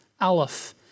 Aleph